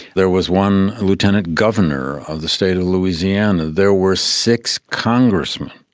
there was one lieutenant-governor of the state of louisiana, there were six congressmen,